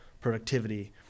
productivity